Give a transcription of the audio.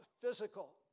physical